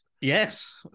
Yes